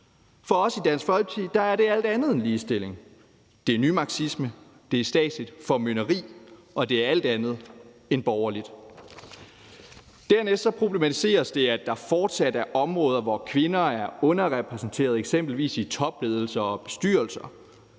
For os i Dansk Folkeparti er det alt andet end ligestilling. Det er nymarxisme, det er statsligt formynderi, og det er alt andet end borgerligt. Dernæst problematiseres det, at der fortsat er områder, hvor kvinder er underrepræsenterede, eksempelvis i topledelser og bestyrelser,